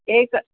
एक